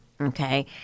okay